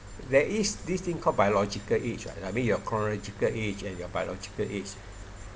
there is this thing called biological age ah I mean your chronological age and your biological age